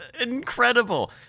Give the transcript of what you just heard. incredible